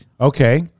Okay